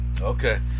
Okay